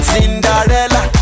Cinderella